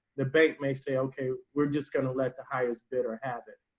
the bank may say, okay, we're just gonna let the highest bidder habit.